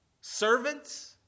servants